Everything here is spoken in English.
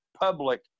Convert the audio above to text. public